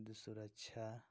खाद्य सुरक्षा